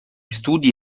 studi